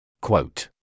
Quote